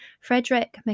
Frederick